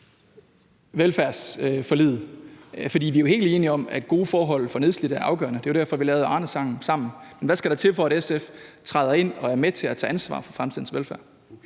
velfærdsforliget? Vi er jo helt enige om, at gode forhold for nedslidte er afgørende. Det var derfor, vi lavede Arnepensionen sammen. Men hvad skal der til, for at SF træder ind og er med til at tage ansvar for fremtidens velfærd?